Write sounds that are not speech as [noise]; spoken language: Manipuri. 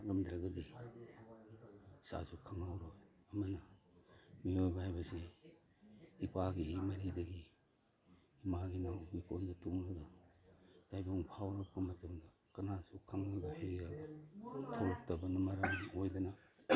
ꯇꯥꯛꯂꯝꯗ꯭ꯔꯒꯗꯤ ꯏꯆꯥꯁꯨ ꯈꯪꯍꯧꯔꯣꯏ ꯑꯃꯅ ꯃꯤꯑꯣꯏꯕ ꯍꯥꯏꯕꯁꯦ ꯏꯄꯥꯒꯤ ꯏ ꯃꯔꯤꯗꯒꯤ ꯃꯥꯒꯤꯅ [unintelligible] ꯇꯨꯡꯉꯒ ꯇꯥꯏꯕꯪ ꯐꯥꯎꯔꯛꯄ ꯃꯇꯝꯗ ꯀꯅꯥꯁꯨ ꯈꯪꯉꯒ ꯍꯩꯔꯒ ꯊꯣꯛꯂꯛꯇꯕꯅ ꯃꯔꯝ ꯑꯣꯏꯗꯅ